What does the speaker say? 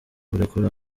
kurekura